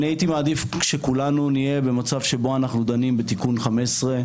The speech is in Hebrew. אני הייתי מעדיף שכולנו נהיה במצב שבו אנחנו דנים בתיקון 15,